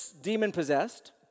demon-possessed